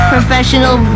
Professional